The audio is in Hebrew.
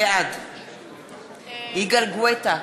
בעד יגאל גואטה,